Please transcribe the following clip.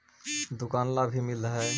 दुकान ला भी मिलहै?